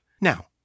Now